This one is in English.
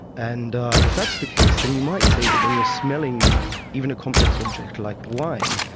and if that's the case, then you might say that when you're smelling even a complex object like wine,